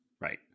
right